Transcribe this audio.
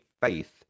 faith